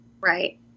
Right